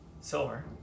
silver